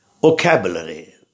vocabulary